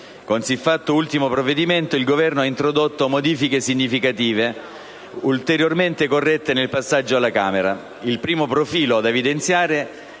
Con siffatto ultimo provvedimento il Governo ha introdotto modifiche significative, ulteriormente corrette nel passaggio alla Camera dei deputati. Il primo profilo da evidenziare